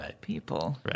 people